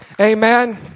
amen